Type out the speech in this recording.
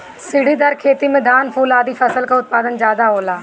सीढ़ीदार खेती में धान, फूल आदि फसल कअ उत्पादन ज्यादा होला